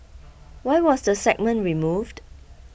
why was the segment removed